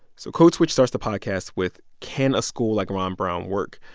so code switch starts the podcast with, can a school like ron brown work,